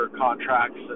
contracts